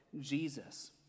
Jesus